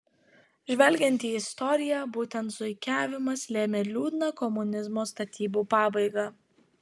žvelgiant į istoriją būtent zuikiavimas lėmė liūdną komunizmo statybų pabaigą